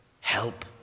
help